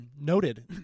noted